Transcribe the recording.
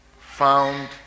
found